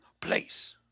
place